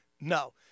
No